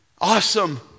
Awesome